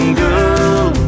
girl